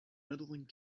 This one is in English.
medaling